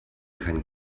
keinen